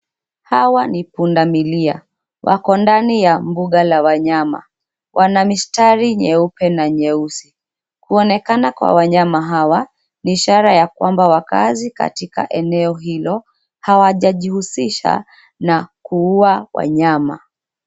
Hawa ni pundamilia, wako ndani ya mbuga la wanyama. Wana mistari nyeupe na nyeusi. Kuonekana kwa wanyama hawa ni ishara ya kwamba wakaazi katika eneo hilo hawajajihusisha na kuua wanyama.